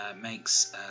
makes